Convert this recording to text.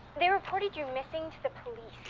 they reported you missing to the police.